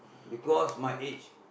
because my age